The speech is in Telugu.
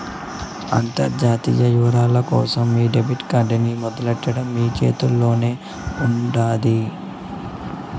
అంతర్జాతీయ యవ్వారాల కోసం మీ డెబిట్ కార్డ్ ని మొదలెట్టడం మీ చేతుల్లోనే ఉండాది